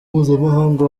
mpuzamahanga